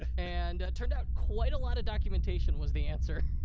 and turned out quite a lot of documentation was the answer.